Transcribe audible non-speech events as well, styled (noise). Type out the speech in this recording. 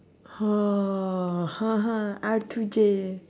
hor (laughs) R to J